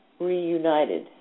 reunited